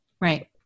Right